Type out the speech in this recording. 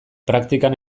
praktikan